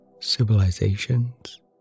civilizations